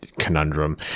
conundrum